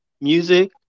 music